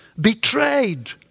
Betrayed